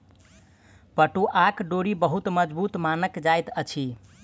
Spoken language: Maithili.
पटुआक डोरी बहुत मजबूत मानल जाइत अछि